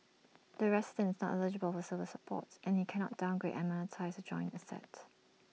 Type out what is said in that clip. the resident is not eligible for silver support and he can not downgrade and monetise the joint asset